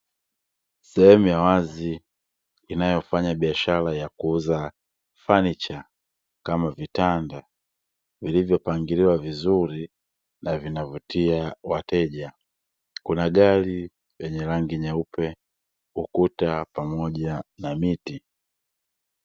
Sehemu ya wazi inayofanya biashara ya kuuza fanicha kama vitanda, vilivyopangiliwa vizuri na vinavutia wateja. Kuna gari lenye rangi nyeupe, ukuta pamoja na miti.